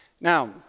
Now